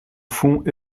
fond